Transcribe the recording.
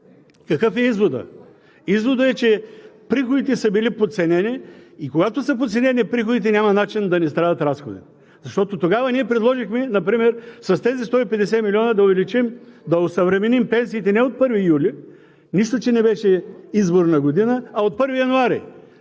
Какъв е изводът? Изводът е, че приходите са били подценени и когато са подценени приходите, няма начин да не страдат разходите. Защото тогава ние предложихме, например, с тези 150 млн. лв. да осъвременим пенсиите не от 1 юли, мисля, че не беше изборна година, а от 1 януари.